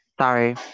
Sorry